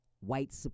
white